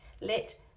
Let